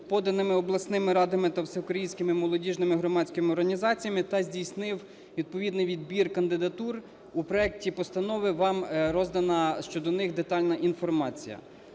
подане обласними радами та всеукраїнськими молодіжними громадськими організаціями, та здійснив відповідний відбір кандидатур. У проекті постанови вам роздана щодо них детальна інформація.